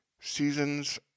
Seasons